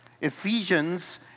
Ephesians